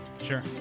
Sure